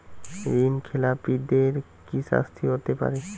ঋণ খেলাপিদের কি শাস্তি হতে পারে?